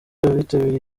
abitabiriye